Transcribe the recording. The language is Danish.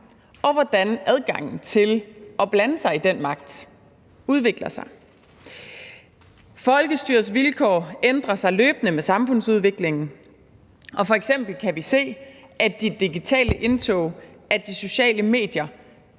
og hvordan adgangen til at blande sig i den magt udvikler sig. Folkestyrets vilkår ændrer sig løbende med samfundsudviklingen, og f.eks. kan vi se, at det digitale indtog af de sociale medier